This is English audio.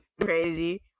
crazy